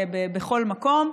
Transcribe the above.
בכל מקום,